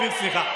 אופיר, סליחה.